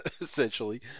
essentially